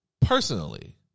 Personally